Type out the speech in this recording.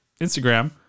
Instagram